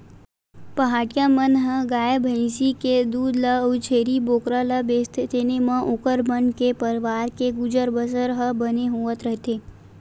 पहाटिया मन ह गाय भइसी के दूद ल अउ छेरी बोकरा ल बेचथे तेने म ओखर मन के परवार के गुजर बसर ह बने होवत रहिथे